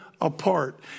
apart